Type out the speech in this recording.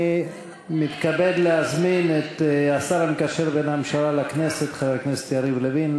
אני מתכבד להזמין את השר המקשר בין הממשלה לכנסת חבר הכנסת יריב לוין,